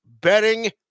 betting